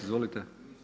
Izvolite.